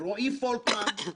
רועי פולקמן,